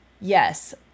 Yes